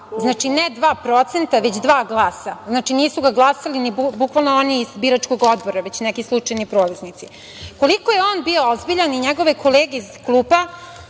Znači, ne 2% već, dva glasa. Znači, nisu ga glasali ni bukvalno oni iz biračkog odbora, već neki slučajni prolaznici. Koliko je on bio ozbiljan i njegove kolege iz kluba,